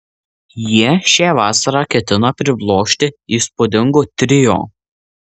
jie šią vasarą ketina priblokšti įspūdingu trio